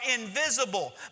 invisible